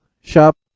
Shop